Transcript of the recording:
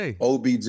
OBJ